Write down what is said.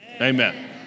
Amen